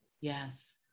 Yes